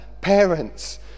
parents